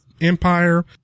empire